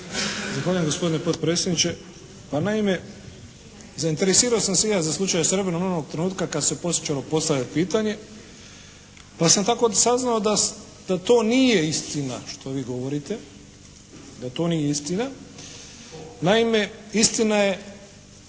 Zahvaljujem gospodine potpredsjedniče. Pa naime, zainteresirao sam se i ja za slučaj "Srebreno" od onog trenutka kad se počelo postavljati pitanje, pa sam tako saznao da to nije istina što vi govorite, da to nije istina. Naime, istina je